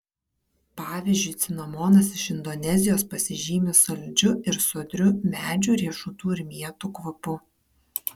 pavyzdžiui cinamonas iš indonezijos pasižymi saldžiu ir sodriu medžių riešutų ir mėtų kvapu